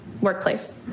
workplace